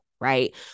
Right